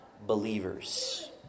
Believers